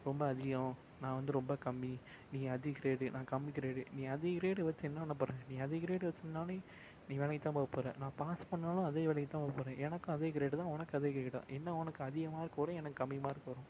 ரொம்ப அதிகம் நான் வந்து ரொம்பக் கம்மி நீ அதிக க்ரேடு நான் கம்மி க்ரேடு நீ அதிக க்ரேடை வச்சு என்னப் பண்ணப்போகிற நீ அதிக க்ரேடு வச்சிருந்தாலும் நீ வேலைக்குத் தான் போகப்போகிற நான் பாஸ் பண்ணாலும் அதே வேலைக்குத் தான் போகப்போறேன் எனக்கும் அதே க்ரேடு தான் உனக்கும் அதே க்ரேடு தான் என்ன உனக்கு அதிக மார்க் வரும் எனக்கு கம்மி மார்க் வரும்